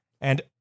and-